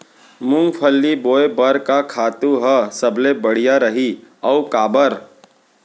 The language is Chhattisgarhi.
मूंगफली बोए बर का खातू ह सबले बढ़िया रही, अऊ काबर?